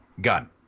gun